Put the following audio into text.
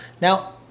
now